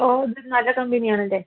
ഓ ഇത് നല്ല കമ്പനിയാണല്ലേ